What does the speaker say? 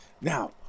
now